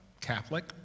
Catholic